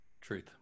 Truth